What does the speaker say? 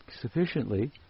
sufficiently